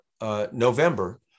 November